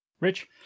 Rich